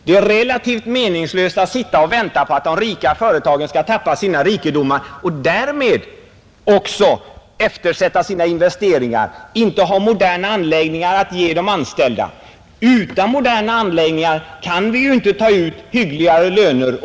Det är farligt att vänta på att de rika företagen först skall tappa sina rikedomar och därmed eftersätta sina investeringar, dvs. inte ha moderna anläggningar åt de anställda. Utan moderna anläggningar går det ju inte att ta ut hyggliga löner.